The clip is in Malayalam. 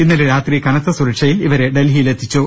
ഇന്നലെ രാത്രി കനത്ത സുരക്ഷയിൽ ഇവരെ ഡൽഹിയിൽ എത്തിച്ചു